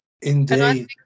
Indeed